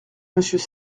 monsieur